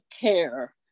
care